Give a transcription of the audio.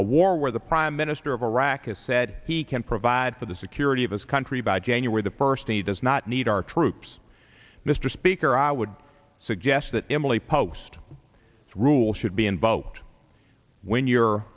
a war where the prime minister of iraq has said he can provide for the security of his country by january the first need does not need our troops mr speaker i would suggest that emily post rule should be invoked when you're